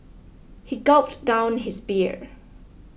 he gulped down his beer